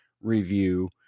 review